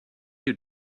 you